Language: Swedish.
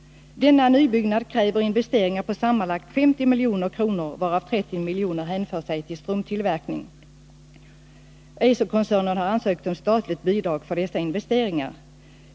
Denna nybyggnad kräver investeringar på ca 50 milj.kr., varav 30 milj.kr. hänför sig till strumptillverkningen. Eiserkoncernen har ansökt om statligt bidrag till dessa investeringar.